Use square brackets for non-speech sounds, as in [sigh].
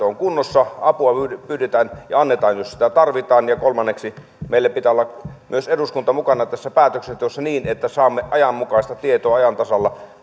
[unintelligible] on kunnossa apua pyydetään ja annetaan jos sitä tarvitaan ja kolmanneksi meillä pitää olla myös eduskunta mukana tässä päätöksenteossa niin että saamme ajanmukaista tietoa ajan tasalla [unintelligible]